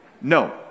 No